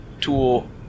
tool